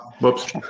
Whoops